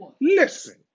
Listen